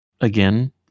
again